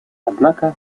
однако